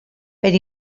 per